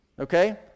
Okay